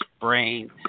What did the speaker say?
brain